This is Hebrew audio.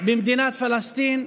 במדינת פלסטין,